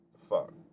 fuck